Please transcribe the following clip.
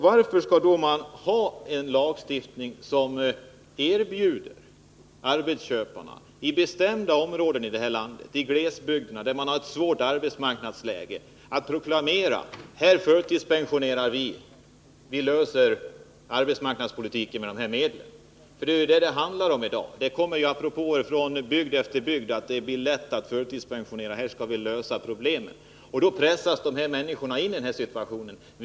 Varför skall vi då ha en lagstiftning som erbjuder arbetsköparna i bestämda områden ilandet—i glesbygden, där arbetsmarknadsläget är svårt — möjligheter genom att proklamera: Här förtidspensionerar vi och löser arbetsmarknadspolitiken på det sättet. Det är ju detta det handlar om i dag. Det kommer uppgifter från bygd efter bygd att det blir lätt att förtidspensionera — här skall problemen 129 lösas. Och då pressas människorna in i den situation som jag beskrivit.